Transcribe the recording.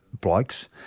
blokes